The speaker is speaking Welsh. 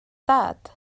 dad